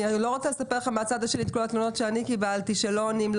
אני לא רוצה לספר לך מהצד השני את כל התלונות שאני קיבלתי שלא עונים,